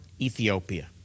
Ethiopia